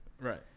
Right